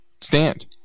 stand